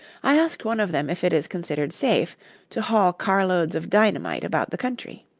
i asked one of them if it is considered safe to haul car-loads of dynamite about the country.